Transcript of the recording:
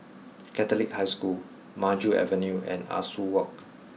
Catholic High School Maju Avenue and Ah Soo Walk